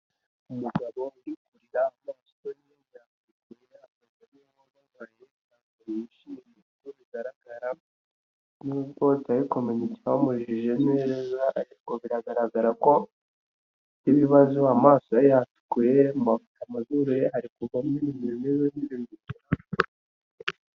umugabo urikurira muma yakigorembaye yijimyekuru bigaragara nubwotacomen byamujije neza ariko biragaragara ko nkibibazo amaso yari yatukuye amazuru ye arikokurwamomewe n'ibiindi bya